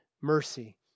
mercy